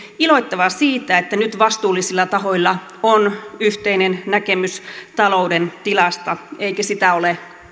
iloittava siitä että nyt vastuullisilla tahoilla on yhteinen näkemys talouden tilasta eikä sitä ole